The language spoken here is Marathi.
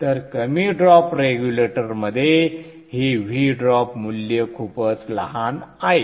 तर कमी ड्रॉप रेग्युलेटरमध्ये हे V ड्रॉप मूल्य खूपच लहान आहे